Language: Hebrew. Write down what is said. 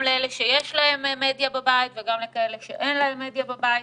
גם לאלה שיש להם מדיה בבית וגם לכאלה שאין להם מדיה בבית?